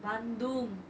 bandung